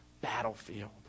battlefield